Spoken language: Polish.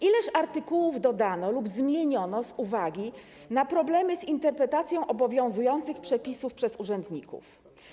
Ileż artykułów dodano lub zmieniono z uwagi na problemy z interpretacją obowiązujących przepisów przez urzędników?